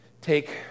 take